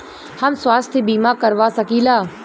हम स्वास्थ्य बीमा करवा सकी ला?